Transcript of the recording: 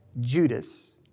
Judas